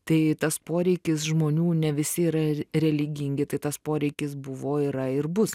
tai tas poreikis žmonių ne visi yra religingi tai tas poreikis buvo yra ir bus